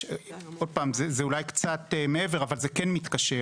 עוד פעם, זה אולי קצת מעבר אבל זה כן מתקשר